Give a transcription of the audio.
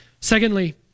Secondly